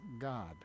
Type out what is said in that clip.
God